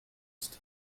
used